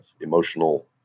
emotional